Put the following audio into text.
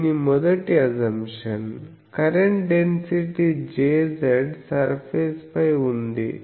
దీని మొదటి assumption current density Jz surface పై ఉంది